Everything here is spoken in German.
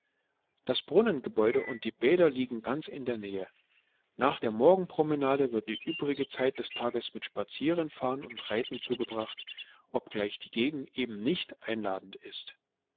das brunnengebäude und die bäder liegen ganz in der nähe nach der morgenpromenade wird die übrige zeit des tages mit spazierenfahren und reiten zugebracht obgleich die gegend eben nicht einladend ist